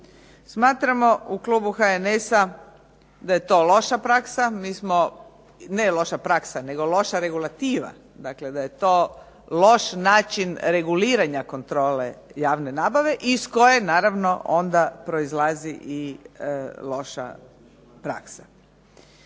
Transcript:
Smatramo u klubu HNS-a da je to loša praksa, ne loša praksa nego loša regulativa, dakle da je to loš način reguliranja kontrole javne nabave iz koje naravno onda proizlazi i loša praksa.